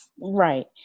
Right